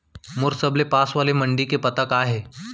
मोर सबले पास वाले मण्डी के पता का हे?